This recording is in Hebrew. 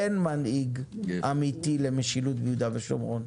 אין מנהיג אמתי למשילות ביהודה ושומרון,